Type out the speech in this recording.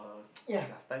ya